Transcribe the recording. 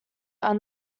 are